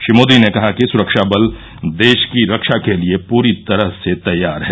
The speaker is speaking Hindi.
श्री मोदी ने कहा कि सुरक्षा बल देश की रक्षा के लिए पुरी तरह से तैयार हैं